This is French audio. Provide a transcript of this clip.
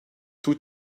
tous